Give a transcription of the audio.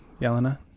Yelena